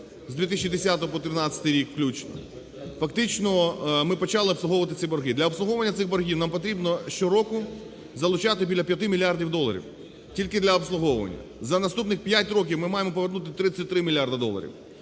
з 2010-го по 2013 рік включно, фактично ми почали обслуговувати ці борги. Для обслуговування цих боргів нам потрібно щороку залучати біля 5 мільярдів доларів тільки для обслуговування. За наступних 5 років ми маємо повернути 33 мільярди доларів.